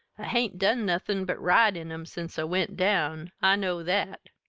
i hain't done nothin' but ride in em since i went down i know that.